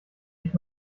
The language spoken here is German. ich